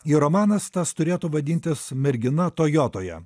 ir romanas tas turėtų vadintis mergina tojotoje